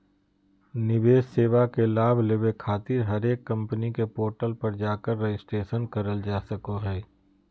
निवेश सेवा के लाभ लेबे खातिर हरेक कम्पनी के पोर्टल पर जाकर रजिस्ट्रेशन करल जा सको हय